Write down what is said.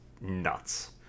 nuts